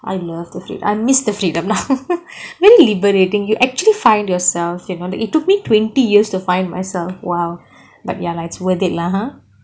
I love the freedom I miss the freedom now very liberating you actually find yourselves you know it took me twenty years to find myself !wow! but ya lah it's worth it lah !huh!